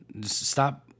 Stop